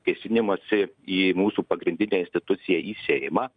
kėsinimąsi į mūsų pagrindinę instituciją į seimą